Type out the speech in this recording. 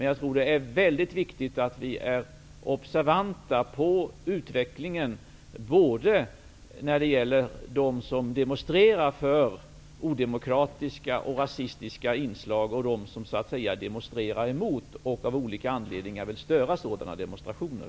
Jag tror dock att det är mycket viktigt att vi är observanta på utvecklingen när det gäller både dem som demonstrerar för odemokratiska och rasistiska inslag och dem som demonstrerar emot och av olika anledningar vill störa sådana demonstrationer.